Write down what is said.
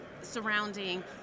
surrounding